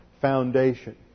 foundation